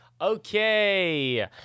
Okay